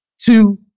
Two